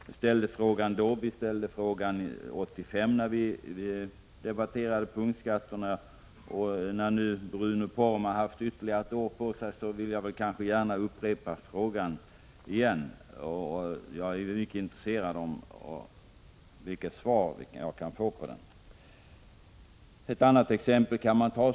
Jag ställde frågan då, folkpartiet ställde frågan 1985 när vi debatterade punktskatterna, och när Bruno Poromaa nu har haft ytterligare ett år på sig vill jag gärna upprepa frågan en gång till. Jag är mycket intresserad av vilket svar jag kan få på den frågan.